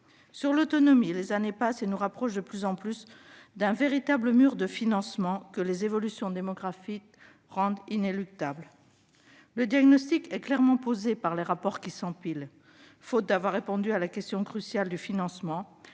Sur l'autonomie, les années passent et nous rapprochent de plus en plus d'un véritable mur de financement, que les évolutions démographiques rendent inéluctable. Le diagnostic est clairement posé par les rapports qui s'empilent. Mais faute d'avoir répondu à la question cruciale du financement,